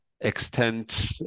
extend